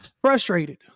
Frustrated